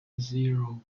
zero